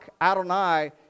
Adonai